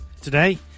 today